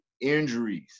injuries